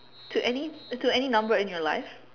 to any to any number in your life